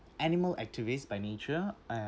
animal activists by nature I